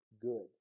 good